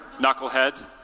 Knucklehead